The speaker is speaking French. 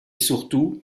surtout